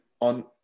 on